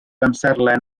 amserlen